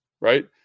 right